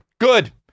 Good